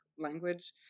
language